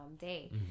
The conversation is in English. Day